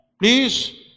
please